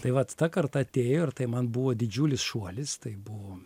tai vat ta karta atėjo ir tai man buvo didžiulis šuolis tai buvo